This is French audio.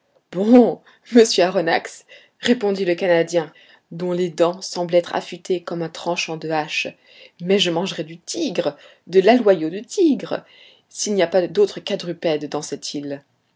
monsieur aronnax répondit le canadien dont les dents semblaient être affûtées comme un tranchant de hache mais je mangerai du tigre de l'aloyau de tigre s'il n'y a pas d'autre quadrupède dans cette île